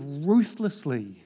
ruthlessly